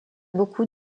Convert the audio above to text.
beaucoup